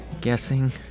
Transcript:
Guessing